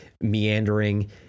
meandering